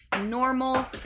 normal